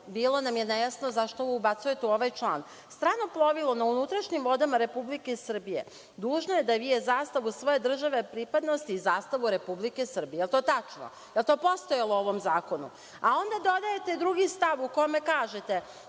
bilo nam je nejasno zašto ovo ubacujete u ovaj član: „strano plovilo na unutrašnjim vodama Republike Srbije dužno je da vije zastavu svoju države pripadnosti i zastavu Republike Srbije“. Je li to tačno? Je li to postojalo u ovom zakonu? A, onda dodajete drugi stav u kome kažete